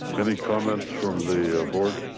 any comments from the ah board?